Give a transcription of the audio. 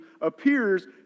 appears